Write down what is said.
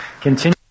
continue